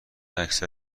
اکثر